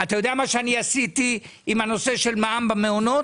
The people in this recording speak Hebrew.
אתה יודע מה שאני עשיתי עם הנושא של מע"מ במעונות?